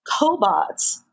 Cobots